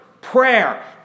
prayer